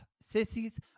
Sissies